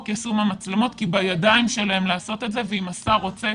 יישום המצלמות כי בידיים שלהם לעשות את זה ואם השר רוצה,